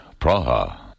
Praha